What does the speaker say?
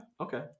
Okay